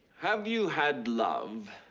have you had love?